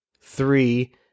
three